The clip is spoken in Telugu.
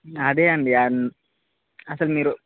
అదే అండి అ అసలు మీరు